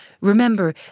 remember